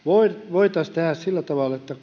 voitaisi tehdä sillä tavalla että